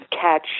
catch